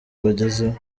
bagezeho